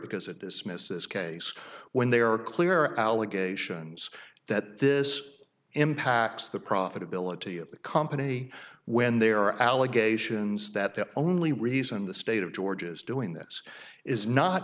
because it dismisses case when there are clear allegations that this impacts the profitability of the company when there are allegations that the only reason the state of georgia's doing this is not